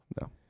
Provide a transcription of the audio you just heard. No